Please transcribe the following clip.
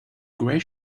gray